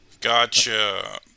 Gotcha